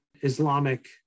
Islamic